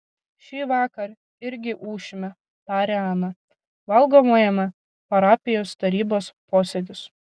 šįvakar irgi ūšime tarė ana valgomajame parapijos tarybos posėdis